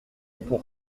pour